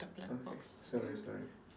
okay sorry sorry